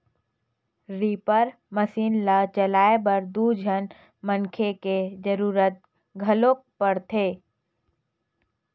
reaper machine ल चलाए बर दू झन मनखे के जरूरत घलोक परथे